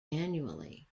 annually